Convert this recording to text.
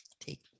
take